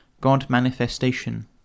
God-manifestation